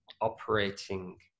operating